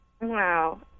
Wow